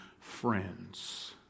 friends